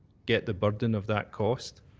get the burden of that cost.